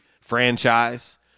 franchise